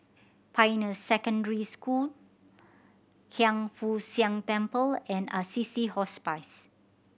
Pioneer Secondary School Hiang Foo Siang Temple and Assisi Hospice